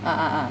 (uh huh)